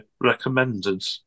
recommended